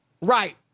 Right